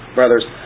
brothers